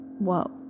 whoa